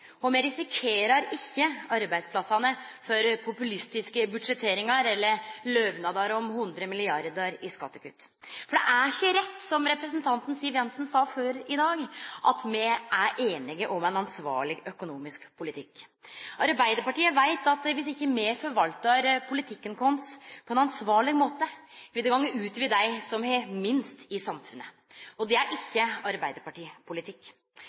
og me risikerer ikkje arbeidsplassane for populistisk budsjettering eller lovnader om 100 mrd. kr i skattekutt. For det er ikkje rett som representanten Siv Jensen sa før i dag, at me er einige om ein ansvarleg økonomisk politikk. Arbeidarpartiet veit at om me ikkje utøver politikken vår på ein ansvarleg måte, vil det gå ut over dei som har minst i samfunnet. Det er ikkje arbeidarpartipolitikk.